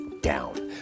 down